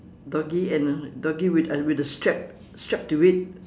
doggy and a doggy with a with a strap strap to it